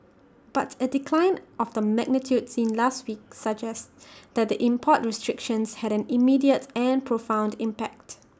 but A decline of the magnitude seen last week suggests that the import restrictions had an immediate and profound impact